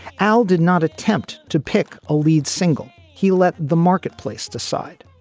al did not attempt to pick a lead single. he let the marketplace decide.